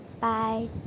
Bye